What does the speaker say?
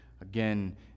again